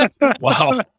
Wow